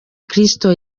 kristo